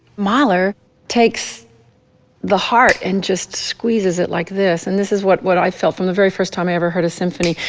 mahler takes the heart and just squeezes it like this. and this is what what i felt from the very first time i ever heard his symphony,